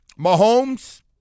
Mahomes